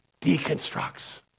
deconstructs